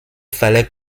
fallait